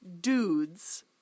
dudes